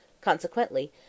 Consequently